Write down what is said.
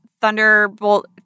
Thunderbolt